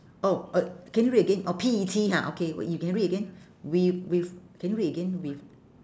oh oh can you read again orh P E T ha okay w~ you can read again with with can you read again with